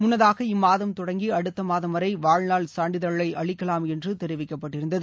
முன்னதாக இம்மாதம் தொடங்கி அடுத்த மாதம் வரை வாழ்நாள் சான்றிதழை அளிக்கலாம் என்று தெரிவிக்கப்பட்டிருந்தது